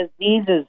diseases